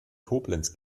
koblenz